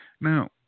Now